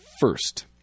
first